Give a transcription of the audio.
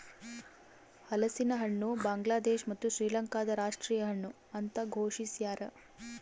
ಹಲಸಿನಹಣ್ಣು ಬಾಂಗ್ಲಾದೇಶ ಮತ್ತು ಶ್ರೀಲಂಕಾದ ರಾಷ್ಟೀಯ ಹಣ್ಣು ಅಂತ ಘೋಷಿಸ್ಯಾರ